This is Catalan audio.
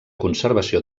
conservació